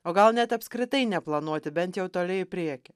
o gal net apskritai neplanuoti bent jau toli į priekį